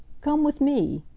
come with me,